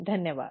धन्यवाद